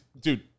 dude